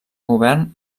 govern